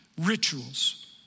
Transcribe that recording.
rituals